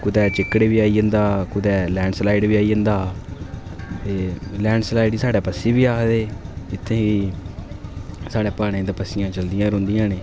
ते कुतै चिकड़ बी आई जंदा कुतै लैंड स्लाईड बी आई जंदा लैंड स्लाईड ई साढ़ै पस्सी बी आखदे इत्थै साढ़ै प्हाड़े पस्सियां चलदियां रौंह्दियां न